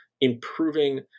improving